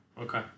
okay